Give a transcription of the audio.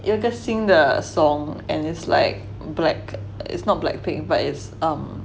有一个新的 song and it's like black it's not blackpink but it's um